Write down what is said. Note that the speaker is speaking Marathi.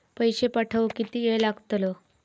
पैशे पाठवुक किती वेळ लागतलो?